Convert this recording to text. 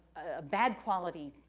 a bad quality,